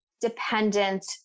dependent